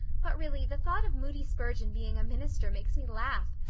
but really the thought of moody spurgeon being a minister makes me laugh.